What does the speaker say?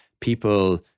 people